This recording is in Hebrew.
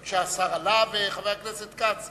בבקשה, השר עלה, וחבר הכנסת כץ